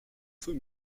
feu